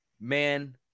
man